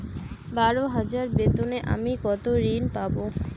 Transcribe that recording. বারো হাজার বেতনে আমি কত ঋন পাব?